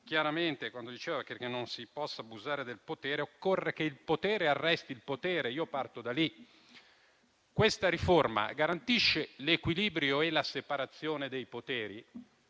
chiaramente, quando scriveva che, affinché non si possa abusare del potere, occorre che il potere arresti il potere. Io parto da lì. Questa riforma garantisce l'equilibrio e la separazione dei poteri,